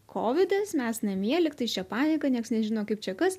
kovidas mes namie lyg tais čia panika nieks nežino kaip čia kas